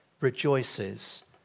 rejoices